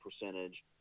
percentage